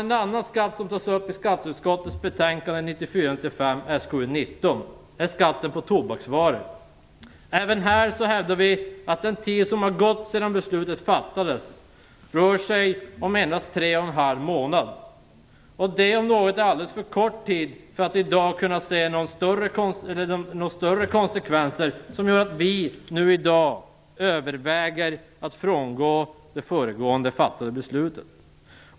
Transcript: En annan skatt som tas upp i skatteutskottets betänkande 1994/95:SkU19 är skatten på tobaksvaror. Även här hävdar vi att den tid som har gått sedan beslut fattades rör sig om endast tre och en halv månad. Det är alldeles för kort tid för att vi i dag skall kunna se några större konsekvenser som gör att vi nu i dag överväger att frångå det föregående fattade beslutet.